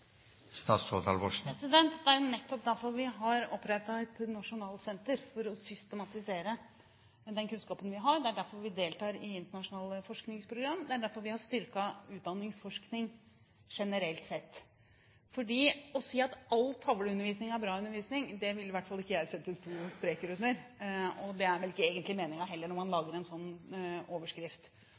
Det er jo nettopp derfor vi har opprettet et nasjonalt senter: for å systematisere den kunnskapen vi har. Det er derfor vi deltar i internasjonale forskningsprogrammer. Det er derfor vi har styrket utdanningsforskning generelt sett. Å si at all tavleundervisning er bra undervisning, vil i hvert fall ikke jeg sette to streker under. Det er vel egentlig heller ikke meningen når man lager en slik overskrift.